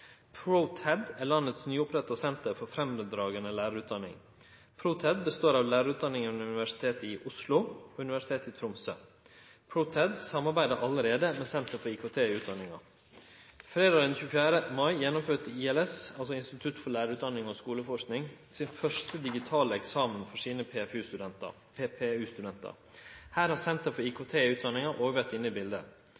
ProTed er landets nyoppretta senter for framifrå lærarutdanning. ProTed består av lærarutdanningane ved Universitetet i Oslo og Universitetet i Tromsø. ProTed samarbeider allereie med Senter for IKT i utdanninga. Fredag 24. mai gjennomførte ILS, Institutt for lærarutdanning og skuleforsking, sin første digitale eksamen for sine PPU-studentar. Her har Senter for